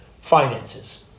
finances